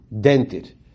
dented